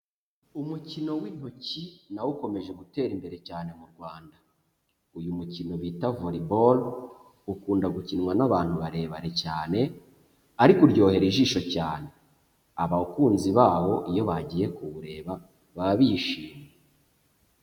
Umukino w'intoki na wo ukomeje gutera imbere cyane mu Rwanda, uyu mukino bita Volleyball, ukunda gukinwa n'abantu barebare cyane, ariko uryohera ijisho cyane. Abakunzi bawo iyo bagiye kuwureba baba bishimye.